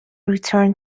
return